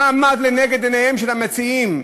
מה עמד לנגד עיניהם של המציעים: